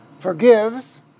Forgives